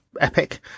epic